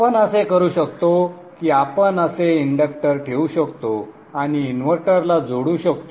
आपण असे करू शकतो की आपण असे इंडक्टर ठेवू शकतो आणि इन्व्हर्टर ला जोडू शकतो